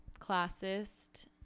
classist